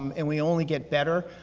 um and we only get better,